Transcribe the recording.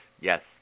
yes